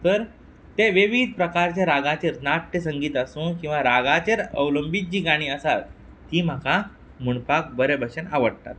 तर तें विवीद प्रकारचें रागाचेर नाट्य संगीत आसूं किंवां रागाचें अवलंबीत जीं गाणीं आसात तीं म्हाका म्हणपाक बरें भशेन आवडटात